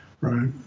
right